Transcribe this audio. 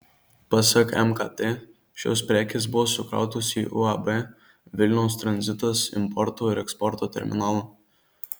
pasak mkt šios prekės buvo sukrautos į uab vilniaus tranzitas importo ir eksporto terminalą